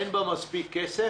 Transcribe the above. אין בה מספיק כסף,